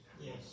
Yes